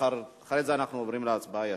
אחרי זה אנחנו עוברים להצבעה ישר.